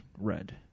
red